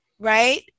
right